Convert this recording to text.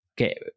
okay